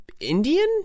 Indian